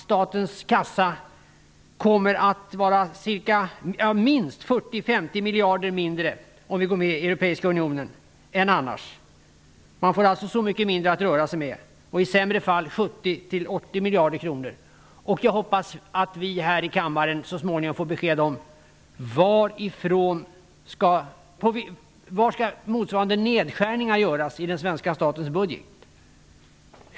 Statens kassa kommer att vara minst 40-50 miljarder mindre om vi går med i Europeiska unionen än annars. Man får alltså så mycket mindre att röra sig med. I sämre fall kan det bli 70-80 miljarder kronor. Jag hoppas att vi här i kammaren så småningom får besked om var motsvarande nedskärningar skall göras i den svenska statens budget.